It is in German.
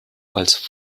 als